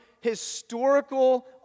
historical